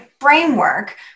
framework